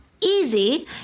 easy